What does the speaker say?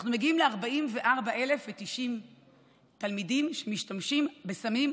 אנחנו מגיעים ל-44,090 תלמידים שמשתמשים בסמים,